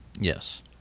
Yes